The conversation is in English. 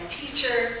teacher